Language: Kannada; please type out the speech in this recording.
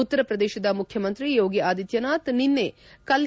ಉತ್ತರ ಪ್ರದೇಶದ ಮುಖ್ಯಮಂತ್ರಿ ಯೋಗಿ ಆದಿತ್ಯನಾಥ್ ನಿನ್ನೆ ಕಲ್ಲ